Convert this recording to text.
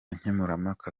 nkemurampaka